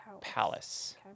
palace